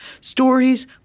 Stories